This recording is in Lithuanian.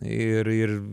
ir ir